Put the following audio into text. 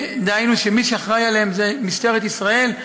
דהיינו שמי שאחראי עליהם זה משטרת ישראל,